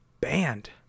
banned